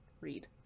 read